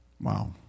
Wow